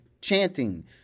chanting